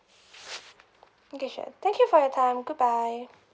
okay sure thank you for your time goodbye